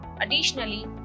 Additionally